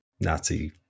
Nazi